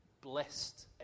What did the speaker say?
Blessed